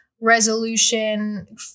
resolution